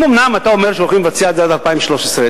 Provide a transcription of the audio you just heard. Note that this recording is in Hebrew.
אם אומנם אתה אומר שהולכים לבצע את זה עד 2013,